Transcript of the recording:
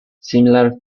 similar